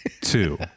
two